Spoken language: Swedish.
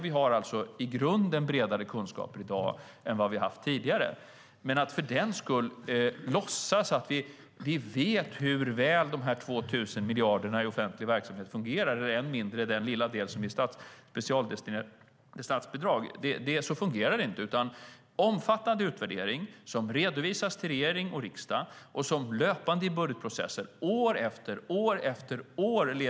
Vi har i grunden bredare kunskaper i dag än vad vi haft tidigare. Men man ska inte för den skull låtsas att vi vet hur väl de här 2 000 miljarderna i offentlig verksamhet fungerar, än mindre den lilla del som utgörs av specialdestinerade statsbidrag. Så fungerar det inte. Omfattande utvärdering redovisas till regering och riksdag löpande och leder till omprövningar i budgetprocessen år efter år.